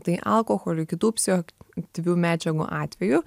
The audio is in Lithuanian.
tai alkoholiui kitų psichoaktyvių medžiagų atveju